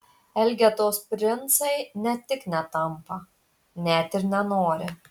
elgetos princai ne tik netampa net ir nenori